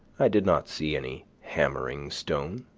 i did not see any hammering stone.